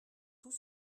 tout